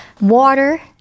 water